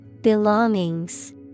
Belongings